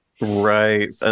right